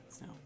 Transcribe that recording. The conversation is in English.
No